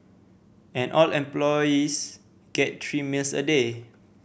and all employees get three meals a day